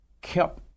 kept